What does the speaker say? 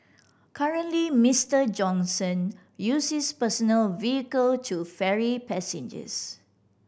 currently Mister Johnson uses personal vehicle to ferry passengers